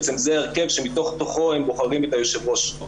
בעצם זה ההרכב שמתוך תוכו הם בוחרים את היושב ראש.